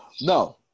No